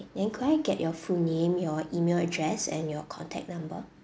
then could I get your full name your email address and your contact number